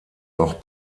auch